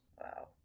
wow